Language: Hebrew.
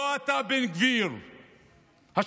לא אתה, בן גביר השקרן.